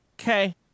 Okay